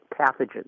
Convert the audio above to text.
pathogens